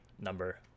number